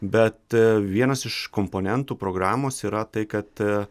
bet vienas iš komponentų programos yra tai kad aaa